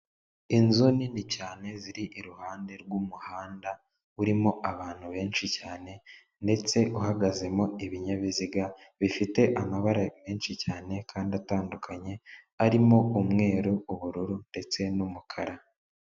Inzu nini cyane ziri iruhande rw'umuhanda, urimo abantu benshi cyane ndetse uhagazemo ibinyabiziga bifite amabara menshi cyane kandi atandukanye, arimo umweru, ubururu ndetse n'umukara.